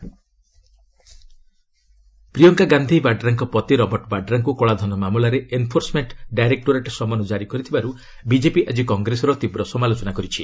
BJP Vadra Priyanka Gandhi ବାଡ୍ରାଙ୍କ ପତି Robert ବାଡ୍ରାଙ୍କୁ କଳାଧନ ମାମଲାରେ ଏନଫୋର୍ସମେଣ୍ଟ ଡାଇରେକ୍ଟୋରେଟ ସମନ ଜାରି କରିଥିବାରୁ ବିଜେପି ଆଜି କଂଗ୍ରେସର ତୀବ୍ର ସମାଲୋଚନା କରିଛି